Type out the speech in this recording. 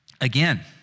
Again